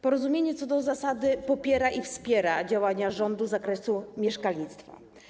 Porozumienie co do zasady popiera i wspiera działania rządu z zakresu mieszkalnictwa.